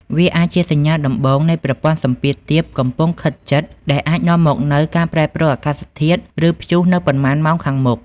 វាអាចជាសញ្ញាដំបូងនៃប្រព័ន្ធសម្ពាធទាបកំពុងខិតជិត ដែលអាចនាំមកនូវការប្រែប្រួលអាកាសធាតុ ឬព្យុះនៅប៉ុន្មានម៉ោងខាងមុខ។